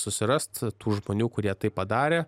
susirast tų žmonių kurie tai padarė